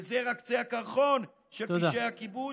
וזה רק קצה הקרחון של פשעי הכיבוש.